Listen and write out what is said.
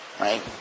right